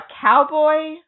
cowboy